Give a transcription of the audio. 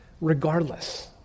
regardless